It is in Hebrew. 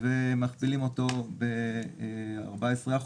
ומכפילים אותו ב14%.